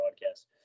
broadcast